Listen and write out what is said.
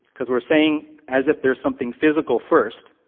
because we're saying as if there's something physical first,